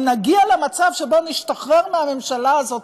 אם נגיע למצב שבו נשתחרר מהממשלה הזאת